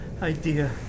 idea